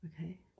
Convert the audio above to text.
Okay